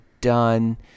done